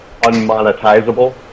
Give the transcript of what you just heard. unmonetizable